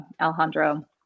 Alejandro